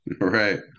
Right